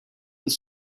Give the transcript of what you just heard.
was